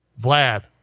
Vlad